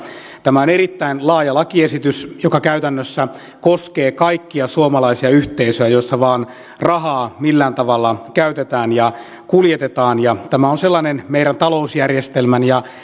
tämä on erittäin laaja lakiesitys joka käytännössä koskee kaikkia suomalaisia yhteisöjä joissa vain rahaa millään tavalla käytetään ja kuljetetaan tämä on sellainen meidän talousjärjestelmämme ja